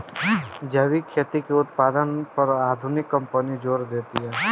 जैविक खेती के उत्पादन पर आधुनिक कंपनी जोर देतिया